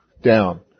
down